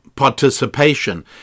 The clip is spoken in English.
participation